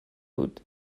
بود